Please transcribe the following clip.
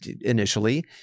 initially